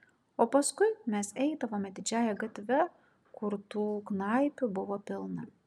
o paskui mes eidavome didžiąja gatve kur tų knaipių buvo pilna